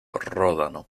ródano